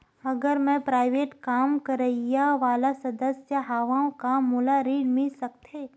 अगर मैं प्राइवेट काम करइया वाला सदस्य हावव का मोला ऋण मिल सकथे?